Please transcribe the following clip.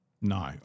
No